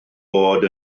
bod